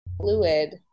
fluid